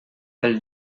pel